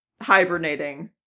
hibernating